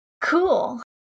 Cool